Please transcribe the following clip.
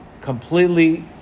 completely